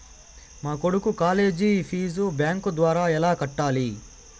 మా కొడుకు college fees bank ద్వారా ఎలా కట్టాలి?